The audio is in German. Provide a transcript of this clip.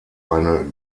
eine